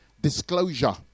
Disclosure